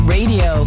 Radio